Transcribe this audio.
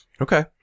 Okay